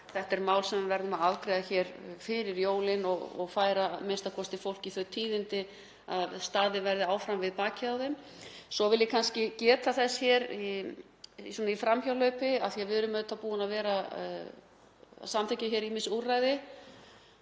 þetta er mál sem við verðum að afgreiða hér fyrir jólin og færa a.m.k. fólki þau tíðindi að staðið verði áfram við bakið á þeim. Svo vil ég geta þess svona í framhjáhlaupi, af því að við erum auðvitað búin að vera að samþykkja hér ýmis úrræði